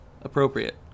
appropriate